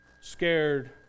scared